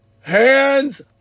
hands